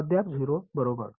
अद्याप 0 बरोबर